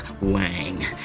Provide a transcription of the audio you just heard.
Wang